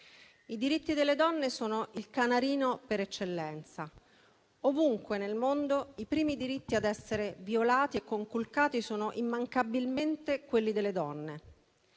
I diritti delle donne sono il canarino per eccellenza. Ovunque nel mondo i primi diritti a essere violati e conculcati sono immancabilmente quelli delle donne.